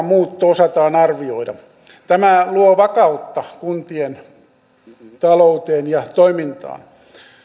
muutto osataan arvioida tämä luo vakautta kuntien talouteen ja toimintaan